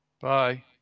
Bye